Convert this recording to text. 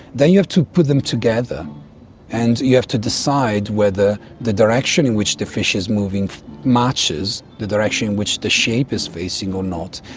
then you have to put them together and you have to decide whether the direction in which the fish is moving matches the direction in which the shape is facing or not.